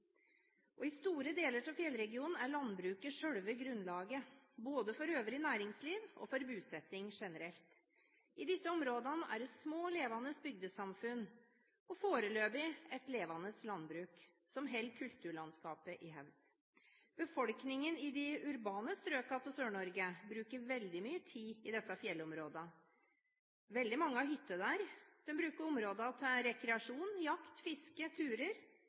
bor. I store deler av fjellregionen er landbruket selve grunnlaget både for øvrig næringsliv og for bosetting generelt. I disse områdene er det små, levende bygdesamfunn og foreløpig et levende landbruk som holder kulturlandskapet i hevd. Befolkningen i de urbane strøkene av Sør-Norge bruker veldig mye tid i disse fjellområdene. Veldig mange har hytter der, de bruker områdene til rekreasjon, jakt, fiske og turer